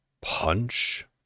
punch